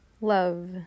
love